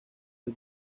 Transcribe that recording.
the